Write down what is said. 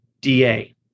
DA